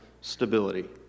stability